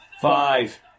five